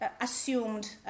assumed